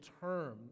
term